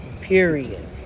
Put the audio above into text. Period